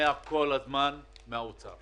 שומע כל הזמן אותן תשובות ממשרד האוצר